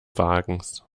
wagens